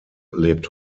lebt